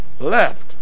left